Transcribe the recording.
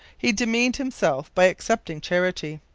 he demeaned himself by accepting charity.